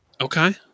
Okay